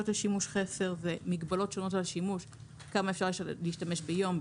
לשימוש חסר זה מגבלות שונות לשימוש כמה אפשר להשתמש ביום,